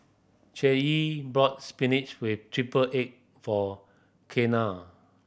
bought spinach with triple egg for Kianna